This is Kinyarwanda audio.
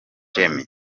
jamie